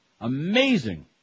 Amazing